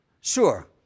Sure